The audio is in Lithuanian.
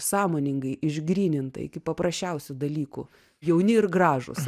sąmoningai išgryninta iki paprasčiausių dalykų jauni ir gražūs